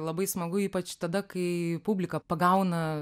labai smagu ypač tada kai publika pagauna